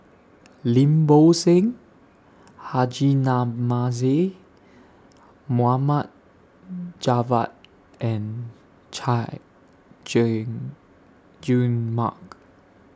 Lim Bo Seng Haji Namazie Mohd Javad and Chay Jung Jun Mark